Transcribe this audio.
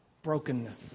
Brokenness